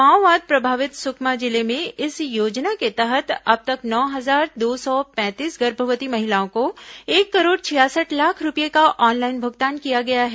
माओवाद प्रभावित सुकमा जिले में इस योजना के तहत अब तक नौ हजार दो सौ पैंतीस गर्भवती महिलाओं को एक करोड़ छियासठ लाख रूपये का ऑनलाइन भुगतान किया गया है